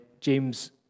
James